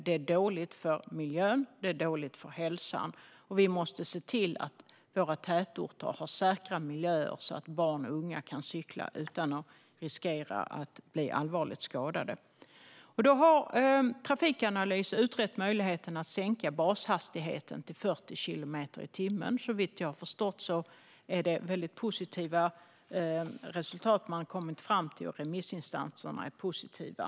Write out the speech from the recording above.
Det är dåligt för miljön och det är dåligt för hälsan. Vi måste se till att våra tätorter har säkra miljöer så att barn och unga kan cykla utan att riskera att bli allvarligt skadade. Trafikanalys har utrett möjligheten att sänka bashastigheten till 40 kilometer i timmen. Såvitt jag har förstått det har man kommit fram till väldigt positiva resultat, och remissinstanserna är positiva.